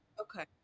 okay